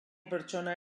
pertsona